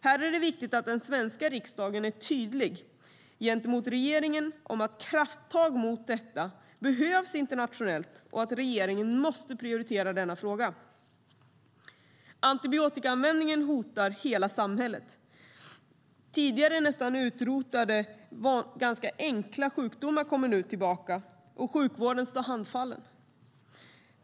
Här är det viktigt att den svenska riksdagen är tydlig gentemot regeringen om att krafttag mot detta behövs internationellt och att regeringen måste prioritera frågan. Antibiotikaanvändningen hotar hela samhället. Tidigare nästan utrotade, ganska enkla sjukdomar är nu på väg tillbaka, och sjukvården står handfallen.